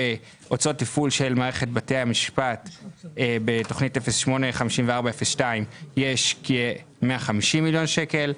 בהוצאות תפעול של מערכת בתי המשפט בתוכנית 085402 יש כ-150 מיליון שקל,